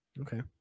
Okay